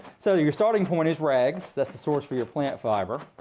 so your starting point is rags. that's the source for your plant fiber.